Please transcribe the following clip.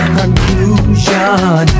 conclusion